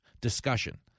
discussion